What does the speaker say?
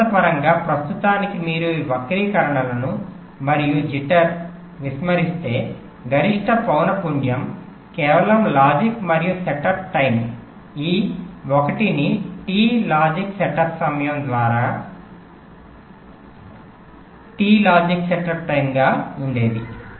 సిద్ధాంతపరంగా ప్రస్తుతానికి మీరు ఈ వక్రీకరణను మరియు జిటర్skew jitter విస్మరిస్తే గరిష్ట పౌన పున్యం కేవలం లాజిక్ మరియు సెటప్ టైమ్స్ ఈ 1 ను టి లాజిక్ సెటప్ సమయం ద్వారా గా ఉండేది